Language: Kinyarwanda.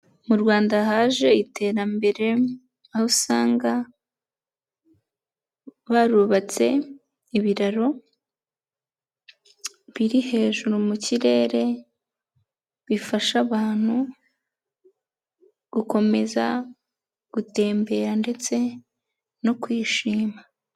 Mu Rwanda haje iterambere, aho usanga barubatse ibiraro, biri hejuru mu kirere, bifasha abantu, gukomeza gutembera ndetse no kwishima.